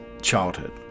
childhood